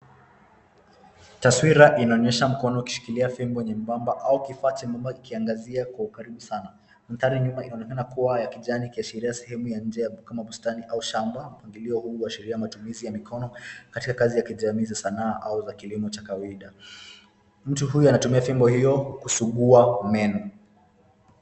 Taswira inaonyesha mkono ukishikilia fimbo nyembamba au kifaa chembamba kikiangazia kwa ukaribu sana. Mandhari nyuma inaonekana kuwa ya kijani, ikiashiria sehemu ya nje kama bustani au shamba. Mpangilio huu huashiria matumizi ya mkono, katika kazi ya sanaa au kilimo cha kawaida. Mtu huyu anatumia fimbo hiyo kusugua meno.